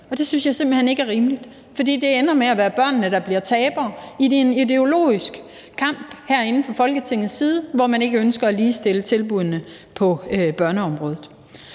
jeg simpelt hen ikke er rimeligt, for det ender med at være børnene, der bliver tabere i en ideologisk kamp herinde i Folketinget, fordi man ikke ønsker at ligestille tilbuddene på børneområdet.